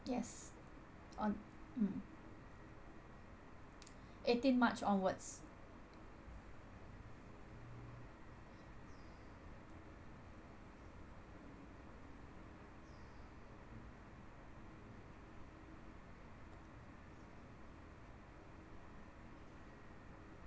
yes on mm eighteen march onwards